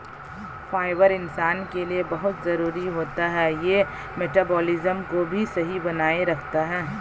fibre इंसान के लिए बहुत जरूरी होता है यह मटबॉलिज़्म को भी सही बनाए रखता है